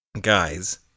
guys